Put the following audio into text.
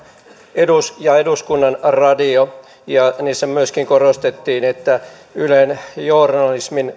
ja eduskunnan radio ja joissa myöskin korostettiin että ylen journalismin